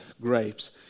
grapes